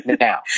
Now